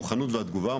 הוא חוק המוכנות והתגובה,